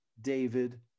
david